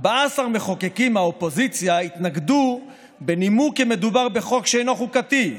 14 מחוקקים מהאופוזיציה התנגדו בנימוק כי מדובר בחוק שאינו חוקתי,